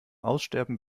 aussterben